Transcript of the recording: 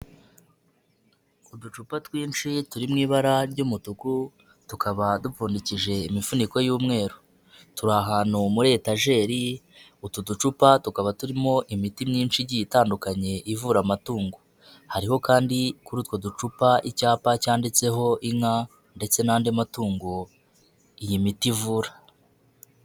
Uducupa twinshi turi mu ibara ry'umutuku tukaba dupfundikije imifuniko y'umweru, turi ahantu muri etageri, utu ducupa tukaba turimo imiti myinshi igiye itandukanye ivura amatungo, hariho kandi kuri utwo ducupa icyapa cyanditseho inka ndetse n'andi matungo iyi miti ivura.